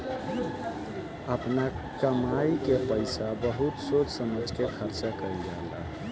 आपना कमाई के पईसा बहुत सोच समझ के खर्चा करल जाला